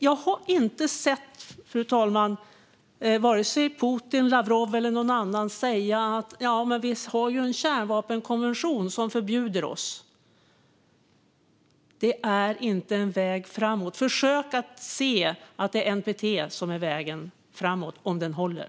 Jag har inte hört vare sig Putin, Lavrov eller någon annan säga: Vi har ju en kärnvapenkonvention som förbjuder oss att använda kärnvapen. Det är inte en väg framåt. Försök att se att det är NPT som är vägen framåt - om den håller!